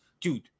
Dude